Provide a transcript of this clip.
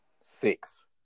six